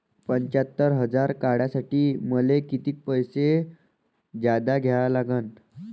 पंच्यात्तर हजार काढासाठी मले कितीक पैसे जादा द्या लागन?